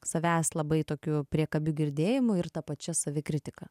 savęs labai tokiu priekabiu girdėjimu ir ta pačia savikritika